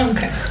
Okay